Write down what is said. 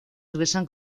regresan